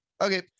Okay